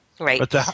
Right